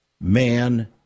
man